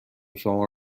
شما